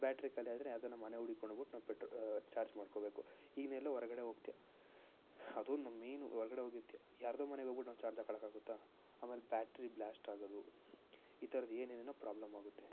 battery ಖಾಲಿ ಆದರೆ ಅದೇ ನಾವು ಮನೆ ಹುಡುಕ್ಕೊಂಡು ಹೋಗ್ಬಿಟ್ಟು ನಾವು ಪೆಟ್ರ್ ಚಾರ್ಜ್ ಮಾಡ್ಕೋಬೇಕು ಇನ್ನೆಲ್ಲೋ ಹೊರಗಡೆ ಹೋಗ್ತೀಯ ಅದೊಂದು ನಮ್ಮ ಮೈನು ಹೊರ್ಗಡೆ ಹೊಗಿರ್ತೀಯ ಯಾರದೋ ಮನೆಗೋಗಿಬಿಟ್ಟು ನಾವು ಚಾರ್ಜ್ ಹಾಕ್ಕೋಳಕ್ಕಾಗುತ್ತಾ ಆಮೇಲೆ ಬ್ಯಾಟ್ರಿ ಬ್ಲಾಸ್ಟ್ ಆಗೋದು ಈ ಥರದ್ದು ಏನೇನೇನೋ ಪ್ರಾಬ್ಲೆಮ್ ಆಗುತ್ತೆ